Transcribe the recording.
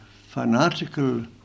fanatical